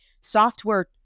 Software